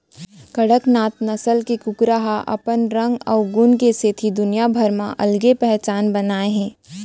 कड़कनाथ नसल के कुकरा ह अपन रंग अउ गुन के सेती दुनिया भर म अलगे पहचान बनाए हे